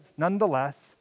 Nonetheless